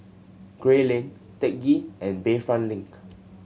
Gray Lane Teck Ghee and Bayfront Link